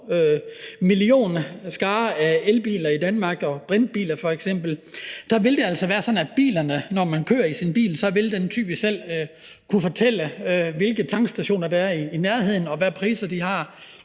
millionstor skare af f.eks. elbiler og brintbiler i Danmark. Der vil det altså være sådan, at ens bil, når man kører i den, så typisk selv vil kunne fortælle, hvilke tankstationer der er i nærheden, og hvilke priser de har,